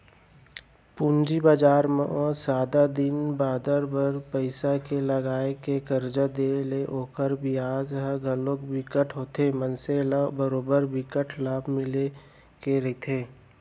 पूंजी बजार म जादा दिन बादर बर पइसा के लगाय ले करजा देय ले ओखर बियाज ह घलोक बिकट होथे मनसे ल बरोबर बिकट लाभ मिले के रहिथे